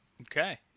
Okay